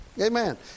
Amen